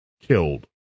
killed